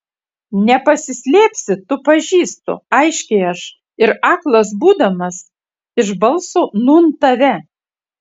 nepasislėpsi tu pažįstu aiškiai aš ir aklas būdamas iš balso nūn tave